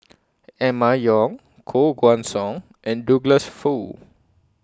Emma Yong Koh Guan Song and Douglas Foo